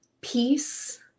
peace